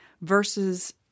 versus